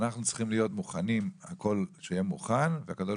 אנחנו צריכים להיות מוכנים שהכול יהיה מוכן והקדוש